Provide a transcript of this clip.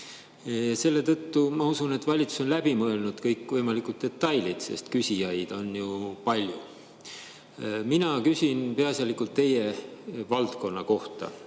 Selle tõttu ma usun, et valitsus on läbi mõelnud kõikvõimalikud detailid, sest küsijaid on ju palju. Mina küsin peaasjalikult teie valdkonna kohta.